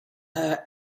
her